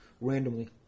Randomly